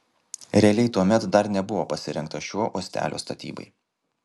realiai tuomet dar nebuvo pasirengta šio uostelio statybai